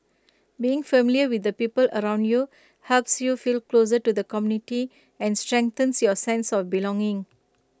being familiar with the people around you helps you feel closer to the community and strengthens your sense of belonging